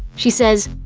she says,